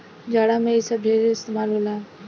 जाड़ा मे इ सब के ढेरे इस्तमाल होला